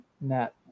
net